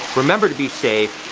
remember to be safe.